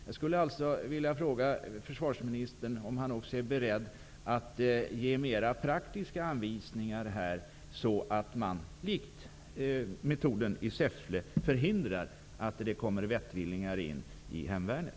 Jag skulle alltså vilja fråga försvarsministern om han är beredd att gera mera praktiska anvisningar här så att man, likt enligt metoden i Säffle, förhindrar att det kommer vettvillingar in i hemvärnet.